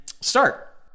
start